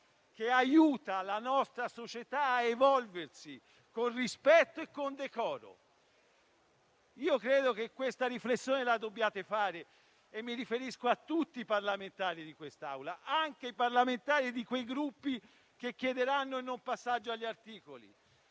e aiuta la nostra società a evolversi con rispetto e con decoro. Questa riflessione dovete farla e mi rivolgo a tutti i parlamentari di quest'Aula, anche ai componenti di quei Gruppi che chiederanno il non passaggio agli articoli.